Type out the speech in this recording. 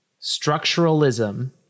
structuralism